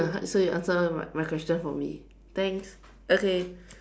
so you answer my my question for me thanks okay